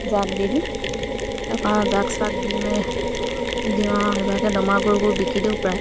জাক দি দিওঁ তাৰপৰা জাক চাক দি মে দিও আৰু সেইভাগে দমৰা গৰুবোৰ বিকি দিওঁ প্ৰায়